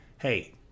hey